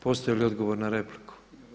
Postoji li odgovor na repliku?